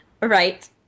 Right